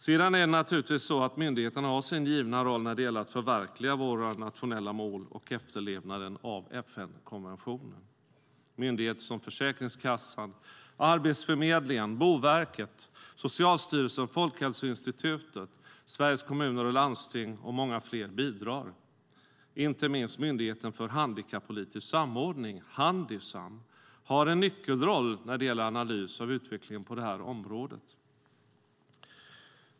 Sedan är det naturligtvis så att myndigheterna har sin givna roll när det gäller att förverkliga våra nationella mål och efterlevnaden av FN-konventionen. Myndigheter som Försäkringskassan, Arbetsförmedlingen, Boverket, Socialstyrelsen, Folkhälsoinstitutet, Sveriges Kommuner och Landsting och många fler bidrar. Inte minst Myndigheten för handikappolitisk samordning, Handisam, har en nyckelroll när det gäller analys av utvecklingen på det här området.